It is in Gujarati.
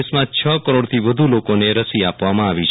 દેશમાં કરોડથી વધુ લોકોને રસી આપવામાં આવી છે